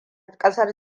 kasar